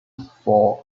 for